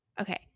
Okay